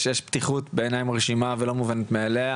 יש פתיחות בעיניי מרשימה ולא מובנת מאליה